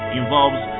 involves